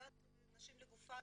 עמותת "נשים לגופן"